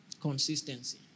Consistency